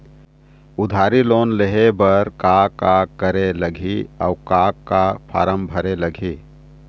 उधारी लोन लेहे बर का का करे लगही अऊ का का फार्म भरे लगही?